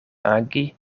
agi